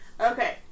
Okay